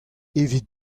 evit